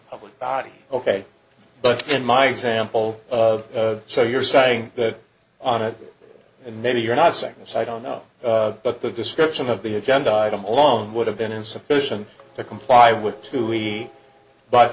public body ok but in my example so you're saying that on it and maybe you're not saying so i don't know but the description of the agenda item alone would have been insufficient to comply with to we but